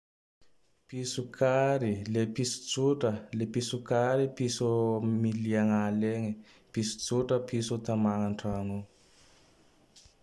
Piso kary le piso tsotra. Le piso kary, piso mily agnala egne. Piso tsotra piso tamagna an-tragno ao.